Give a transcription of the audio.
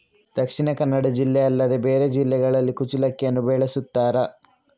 ದಕ್ಷಿಣ ಕನ್ನಡ ಜಿಲ್ಲೆ ಅಲ್ಲದೆ ಬೇರೆ ಜಿಲ್ಲೆಗಳಲ್ಲಿ ಕುಚ್ಚಲಕ್ಕಿಯನ್ನು ಬೆಳೆಸುತ್ತಾರಾ?